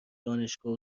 دانشگاه